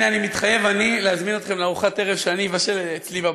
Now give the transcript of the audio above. מתחייב אני להזמין אתכם לארוחת ערב שאני אבשל אצלי בבית.